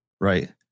Right